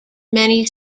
many